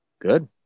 Good